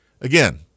Again